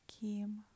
Kim